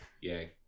yay